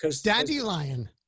Dandelion